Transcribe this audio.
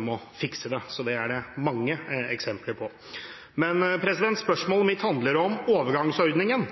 må fikse det. Så det er det mange eksempler på. Spørsmålet mitt handler om overgangsordningen,